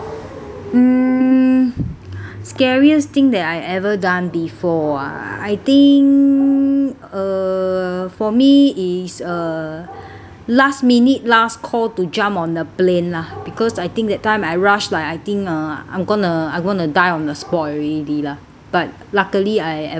mm scariest thing that I ever done before ah I think uh for me is a last minute last call to jump on a plane lah because I think that time I rush lah I think uh I'm gonna I'm going to die on the spot already lah but luckily I ever